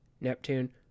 Neptune